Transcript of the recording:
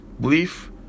belief